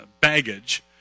baggage